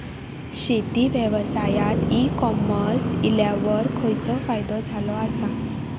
शेती व्यवसायात e commerce इल्यावर खयचो फायदो झालो आसा?